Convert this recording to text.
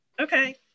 Okay